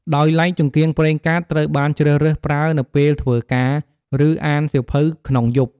ដោយឡែក ចង្កៀងប្រេងកាតត្រូវបានជ្រើសរើសប្រើនៅពេលធ្វើការ ឬអានសៀវភៅក្នុងយប់ ។